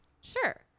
Sure